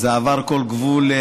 זה עבר כל גבול,